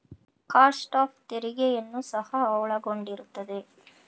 cost of ತೆರಿಗೆಯನ್ನು ಸಹ ಒಳಗೊಂಡಿರುತ್ತದೆ